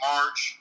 March